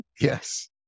Yes